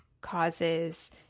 causes